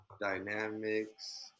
Dynamics